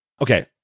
okay